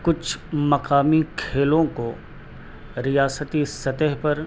کچھ مقامی کھیلوں کو ریاستی سطح پر